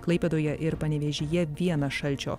klaipėdoje ir panevėžyje vienas šalčio